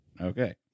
Okay